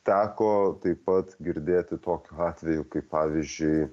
teko taip pat girdėti tokių atvejų kai pavyzdžiui